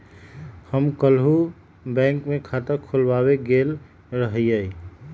हम काल्हु बैंक में खता खोलबाबे गेल रहियइ